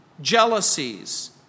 jealousies